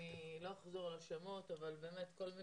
לא אחזור על שמות הנוכחים אבל באמת כל מי